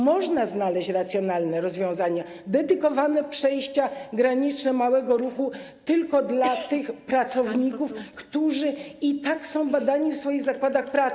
Można znaleźć racjonalne rozwiązania, dedykowane przejścia graniczne małego ruchu tylko dla tych pracowników, którzy i tak są badani w swoich zakładach pracy.